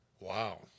Wow